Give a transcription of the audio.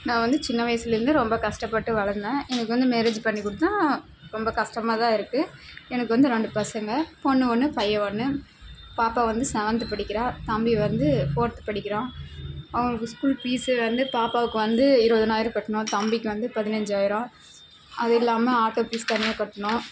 நான் வந்து சின்ன வயசுலருந்து ரொம்ப கஷ்டப்பட்டு வளர்ந்தேன் எனக்கு வந்து மேரேஜ் பண்ணிக்கொடுத்தும் ரொம்ப கஷ்டமாக தான் இருக்கு எனக்கு வந்து ரெண்டு பசங்கள் பொண்ணு ஒன்று பையன் ஒன்று பாப்பா வந்து சவன்த்து படிக்கிறாள் தம்பி வந்து ஃபோர்த்து படிக்கிறான் அவங்களுக்கு ஸ்கூல் ஃபீஸ்ஸே வந்து பாப்பாவுக்கு வந்து இருபதுனாயிரம் கட்டணும் தம்பிக்கு வந்து பதினஞ்சாயிரம் அது இல்லாமல் ஆட்டோ ஃபீஸ் தனியாக கட்டணும்